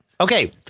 Okay